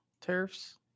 tariffs